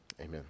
amen